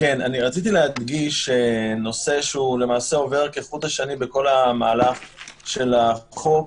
אני רוצה להדגיש נושא שעובר כחוט השני בכל המהלך של החוק,